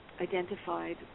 identified